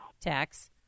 tax